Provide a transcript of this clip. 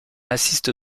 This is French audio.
assiste